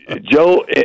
Joe